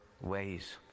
ways